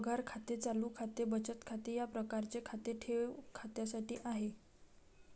पगार खाते चालू खाते बचत खाते या प्रकारचे खाते ठेव खात्यासाठी आहे